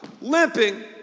limping